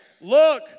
look